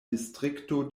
distrikto